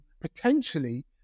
potentially